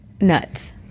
nuts